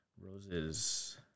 Rose's